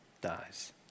dies